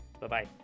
Bye-bye